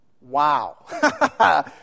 wow